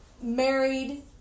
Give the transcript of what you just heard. married